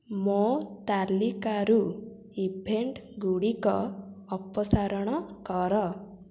ମୋ ତାଲିକାରୁ ଇଭେଣ୍ଟ୍ଗୁଡ଼ିକ ଅପସାରଣ କର